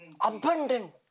Abundant